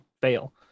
fail